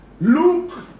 look